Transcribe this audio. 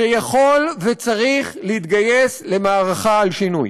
שיכול וצריך להתגייס למערכה על שינוי.